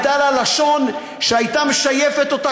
הייתה לה לשון שהיא הייתה משייפת אותה